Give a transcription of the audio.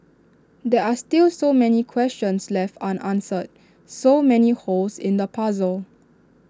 there are still so many questions left unanswered so many holes in the puzzle